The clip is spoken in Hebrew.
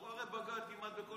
הוא הרי בגד כמעט בכל